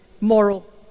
moral